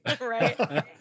right